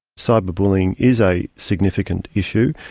cyber bullying is a significant issue,